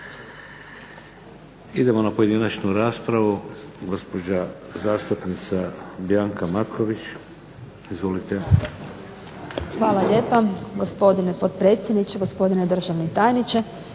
Idemo na pojedinačnu raspravu, gospođa zastupnica Bianca Matković. Izvolite. **Matković, Bianca (HDZ)** Hvala lijepa gospodine potpredsjedniče, gospodine državni tajniče.